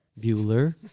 Bueller